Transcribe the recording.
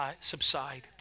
subside